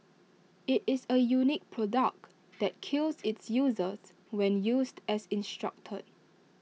IT is A unique product that kills its users when used as instructed